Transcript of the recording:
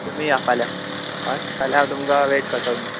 तुमी या फाल्यां हय फाल्यां हांव तुमकां वॅट करता तुमचो